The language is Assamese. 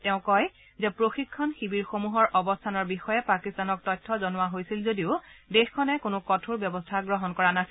তেওঁ কয় যে প্ৰশিক্ষণ শিৱিৰসমূহৰ অৱস্থানৰ বিষয়ে পাকিস্তানক তথ্য জনোৱা হৈছিল যদিও দেশখনে কোনো কঠোৰ ব্যৱস্থা গ্ৰহণ কৰা নাছিল